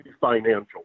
financial